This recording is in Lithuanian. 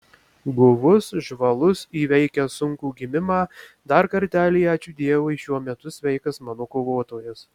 guvus žvalus įveikęs sunkų gimimą dar kartelį ačiū dievui šiuo metu sveikas mano kovotojas